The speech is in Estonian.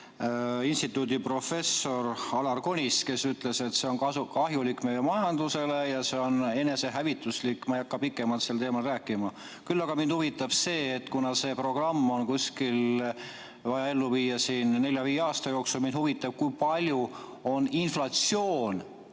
instituudi professor Alar Konist, kes ütles, et see on kahjulik meie majandusele ja see on enesehävituslik. Ma ei hakka pikemalt sellel teemal rääkima. Küll aga mind huvitab see, et kuna see programm on vaja ellu viia siin nelja-viie aasta jooksul, siis kui palju on inflatsioon